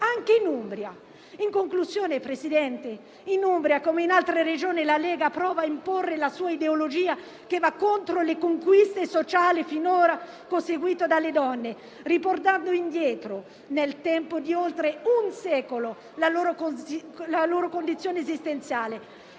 anche in Umbria. In conclusione, Presidente, in Umbria, come in altre Regioni, la Lega prova a imporre la sua ideologia che va contro le conquiste sociali finora conseguite dalle donne, riportando indietro nel tempo di oltre un secolo la loro condizione esistenziale